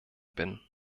bin